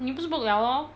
你不是 book 了 lor